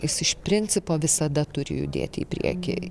jis iš principo visada turi judėti į priekį